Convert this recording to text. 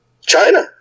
china